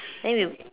then if you